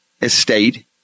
estate